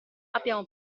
abbiamo